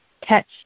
catch